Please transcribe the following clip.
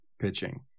pitching